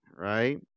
Right